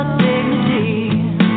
dignity